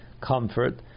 comfort